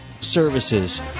Services